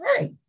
right